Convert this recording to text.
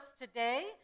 today